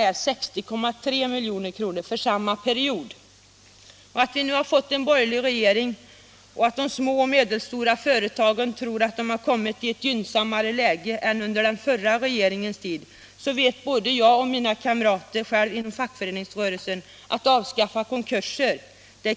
Även om vi nu har fått en borgerlig regering och de små och medelstora företagen tror att de har kommit i ett gynnsammare läge än under den förra regeringens tid, så vet både mina kamrater inom fackföreningsrörelsen och jag själv att något sådant som att avskaffa konkurser